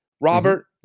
robert